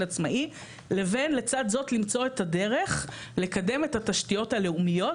עצמאי לבין לצד זאת למצוא את הדרך לקדם את התשתיות הלאומיות,